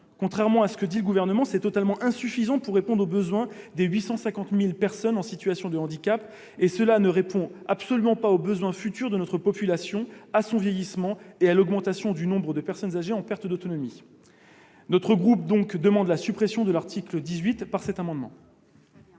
Contrairement à ce que dit le Gouvernement, c'est totalement insuffisant pour répondre aux besoins des 850 000 personnes en situation de handicap et cela ne répond absolument pas aux besoins futurs de notre population, à son vieillissement, et à l'augmentation du nombre de personnes âgées en perte d'autonomie. Notre groupe demande donc la suppression de l'article 18. Quel est